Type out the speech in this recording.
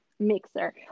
Mixer